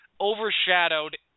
overshadowed